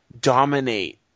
dominate